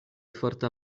forta